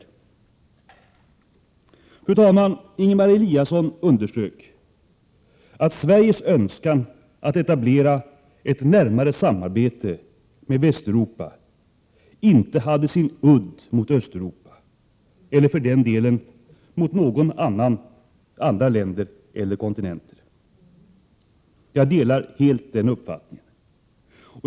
Fru talman! Ingemar Eliasson underströk att Sveriges önskan att etablera ett närmare samarbete med Västeuropa inte hade sin udd riktad mot Östeuropa eller för den delen mot några andra länder eller kontinenter. Jag delar helt den uppfattningen.